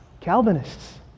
Calvinists